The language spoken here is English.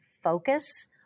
focus